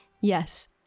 Yes